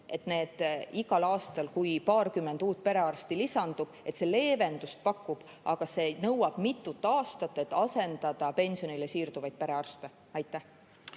see igal aastal, kui paarkümmend uut perearsti lisandub, leevendust pakub, aga see nõuab mitut aastat, et asendada pensionile siirduvaid perearste. Aitäh!